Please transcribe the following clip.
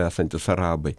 esantys arabai